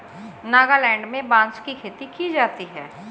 नागालैंड में बांस की खेती की जाती है